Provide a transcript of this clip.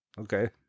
Okay